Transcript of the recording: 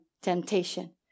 temptation